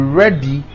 ready